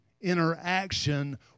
interaction